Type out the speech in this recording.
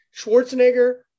Schwarzenegger